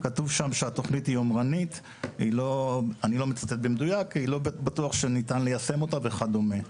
כתוב שהתוכנית היא יומרנית ולא בטוח שניתן ליישם אותה וכולי.